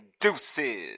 Deuces